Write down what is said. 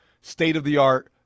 state-of-the-art